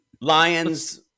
lions